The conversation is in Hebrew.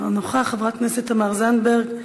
לא נוכח, חברת הכנסת תמר זנדברג,